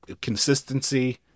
consistency